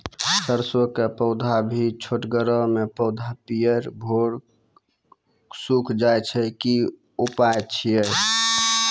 सरसों के पौधा भी छोटगरे मे पौधा पीयर भो कऽ सूख जाय छै, की उपाय छियै?